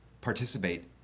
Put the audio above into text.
participate